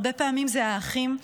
הרבה פעמים האחים,